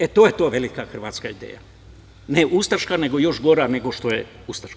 E, to je ta velikohrvatska ideja, ne ustaška, nego još gora nego što je ustaška.